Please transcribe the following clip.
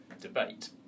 debate